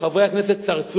ולכן גם מי שבאמת חשוב לו,